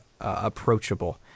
approachable